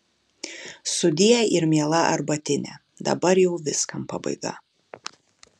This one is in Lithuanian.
sudie ir miela arbatine dabar jau viskam pabaiga